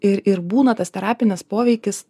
ir ir būna tas terapinis poveikis